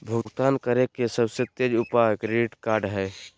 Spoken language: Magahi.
भुगतान करे के सबसे तेज उपाय क्रेडिट कार्ड हइ